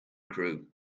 crew